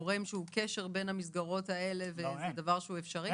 גורם שהוא קשר בין המסגרות האלה וזה דבר שהוא אפשרי?